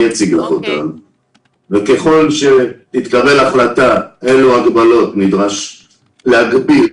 אני אציג אותם וככל שתתקבל החלטה אילו הגבלות נדרש להגביל,